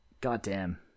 goddamn